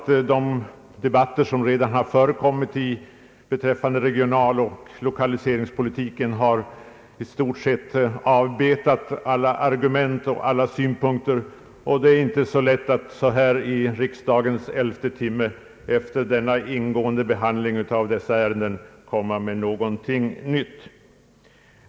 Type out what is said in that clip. De debatter som redan förekommit beträffande regionaloch lokaliseringspolitiken har i stort sett avbetat alla argument och synpunkter. Det är därför inte lätt att så här i riksdagens elfte timme komma med något nytt.